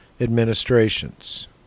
administrations